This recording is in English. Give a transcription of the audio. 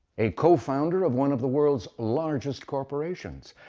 a co-founder of one of the world's largest corporations,